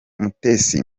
mutesi